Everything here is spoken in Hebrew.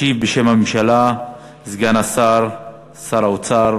ישיב בשם הממשלה סגן שר האוצר,